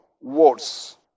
words